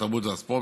התרבות והספורט,